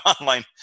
online